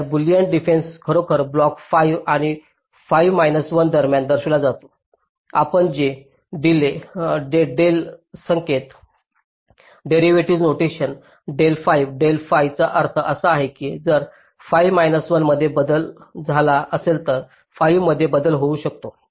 तर boolean difference खरोखर block fi आणि fi मैनास 1 दरम्यान दर्शविला जातो आपण ते डेल संकेतन derivative notation del fi del fi चा अर्थ असा आहे की जर fi मैनास 1 मध्ये बदल झाला असेल तर fi मध्ये बदल होऊ शकतो